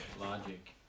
Logic